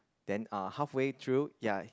then uh halfway through ya